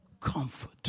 comfort